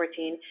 2014